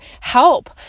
help